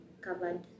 covered